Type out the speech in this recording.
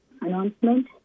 announcement